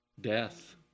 death